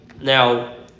Now